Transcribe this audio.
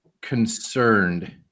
concerned